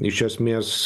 iš esmės